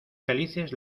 felices